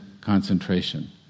concentration